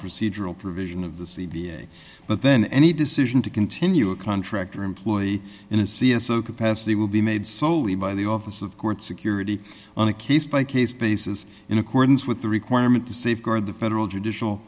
procedural provision of the sea being but then any decision to continue a contract or employee in a c s o capacity will be made solely by the office of court security on a case by case basis in accordance with the requirement to safeguard the federal judicial